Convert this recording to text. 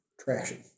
trashy